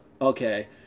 okay